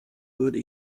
würde